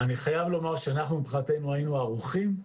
אני חייב לומר שאנחנו מבחינתנו היינו ערוכים.